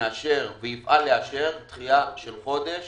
מאשר ויפעל לאשר דחייה של חודש